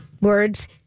words